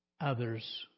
Others